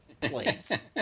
please